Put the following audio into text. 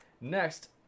next